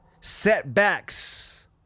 setbacks